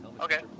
okay